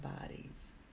bodies